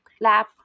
lab